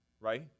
Right